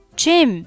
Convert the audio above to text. gym